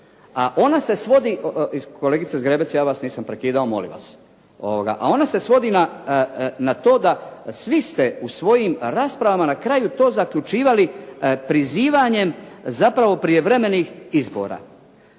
A ona se svodi. Kolegice Zgrebec ja vas nisam prekidao, molim vas. A ona se svodi na to da svi ste u svojim raspravama na kraju to zaključivali prizivanjem zapravo prijevremenih izbora.